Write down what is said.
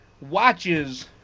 watches